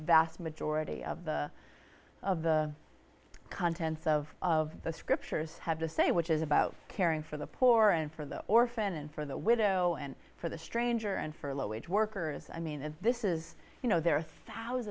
vast majority of the of the contents of of the scriptures have to say which is about caring for the poor and for the orphan and for the widow and for the stranger and for low wage workers i mean is this is